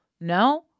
No